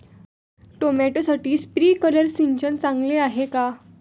टोमॅटोसाठी स्प्रिंकलर सिंचन चांगले आहे का?